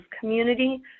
community